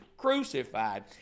crucified